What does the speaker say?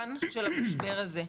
מהיום הראשון של המשבר הזה.